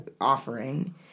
offering